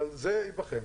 אבל זה ייבחן.